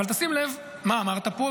אבל תשים לב למה שאמרת פה,